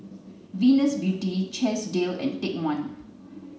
Venus Beauty Chesdale and Take One